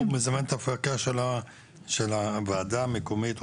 הוא מזמן את המפקח של הוועדה המקומית?